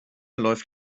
läuft